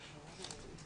הקורונה ...